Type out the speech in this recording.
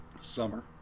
summer